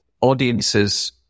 audiences